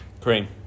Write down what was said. cream